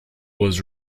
was